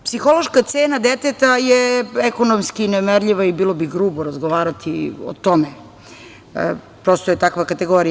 Psihološka cena deteta je ekonomski nemerljiva i bilo bi grubo razgovarati o tome, prosto je takva kategorija.